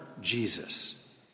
Jesus